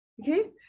Okay